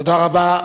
תודה רבה.